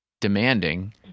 demanding